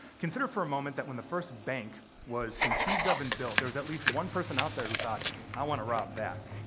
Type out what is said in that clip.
consider for moment that when the first bank was conceived of and built, there was at least one person out there who thought, i want to rob that.